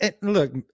Look